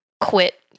quit